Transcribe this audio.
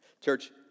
Church